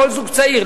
לכל זוג צעיר,